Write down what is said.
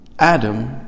Adam